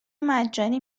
مجانی